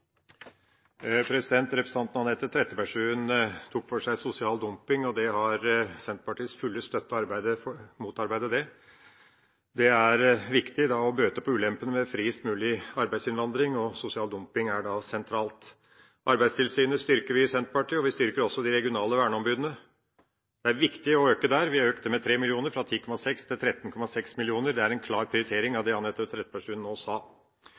Representanten Anette Trettebergstuen tok for seg sosial dumping, og det har Senterpartiets fulle støtte å motarbeide det. Det er viktig å bøte på ulempene med friest mulig arbeidsinnvandring, og sosial dumping er da sentralt. Arbeidstilsynet styrker vi i Senterpartiet, og vi styrker også de regionale verneombudene. Det er viktig å øke der, og vi øker med 3 mill. kr, fra 10,6 mill. kr til 13,6 mill. kr. Det er en klar prioritering av det Anette Trettebergstuen nå